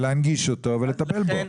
להנגיש אותו ולטפל בו.